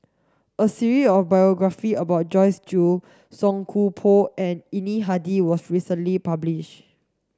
a series of biographies about Joyce Jue Song Koon Poh and Yuni Hadi was recently published